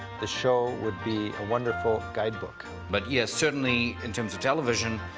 the show would be a wonderful guide book. but, yeah, certainly, in terms of television,